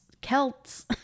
Celts